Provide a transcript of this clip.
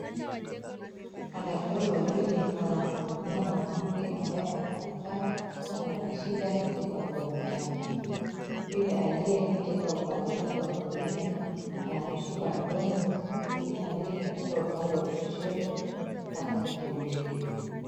Madaktari wawili wanamhudumia mwanamke ambaye anaonekana ako na shida katika mdomo yake. Yule aliye katika upande wake wa kulia anamshika mdomo huku aliye katika upande wa kushoto akimchungulia.